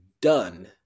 done